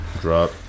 Drop